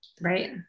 right